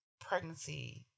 pregnancy